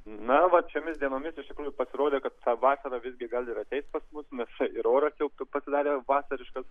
na vat šiomis dienomis iš tikrųjų pasirodė kad ta vasara visgi gal ir atseit pas mus nes štai ir oras jau pasidarė vasariškas